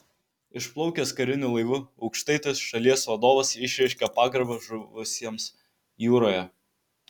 išplaukęs kariniu laivu aukštaitis šalies vadovas išreiškė pagarbą žuvusiems jūroje